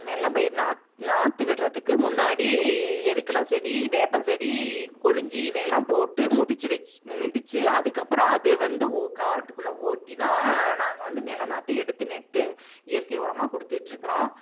நிலம் பயிர் நாத் நாற்று விடறதுக்கு முன்னாடி எருக்களஞ்செடி வேப்பஞ்செடி கொழிஞ்சி இதையெல்லாம் போட்டு முதுச்சி வெச் மிதித்து அதுக்கப்புறம் அது வந்து ஊ காட்டுக்குள்ளே ஓட்டி தான் நாங்கள் வந்து நெலை நாற்று எடுத்து நட்டு இயற்கை உரமா கொடுத்துட்ருக்கறோம்